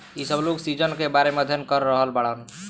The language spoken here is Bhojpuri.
इ सब लोग सीजन के बारे में अध्ययन कर रहल बाड़न